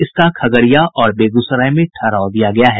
इसका खगड़िया और बेगूसराय में ठहराव दिया गया है